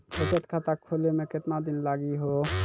बचत खाता खोले मे केतना दिन लागि हो?